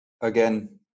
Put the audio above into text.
again